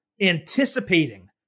anticipating